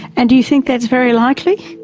and do you think that's very likely?